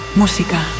música